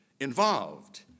involved